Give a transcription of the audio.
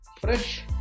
fresh